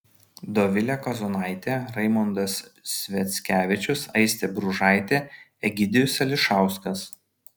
dovilė kazonaitė raimondas sviackevičius aistė bružaitė egidijus ališauskas